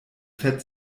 fett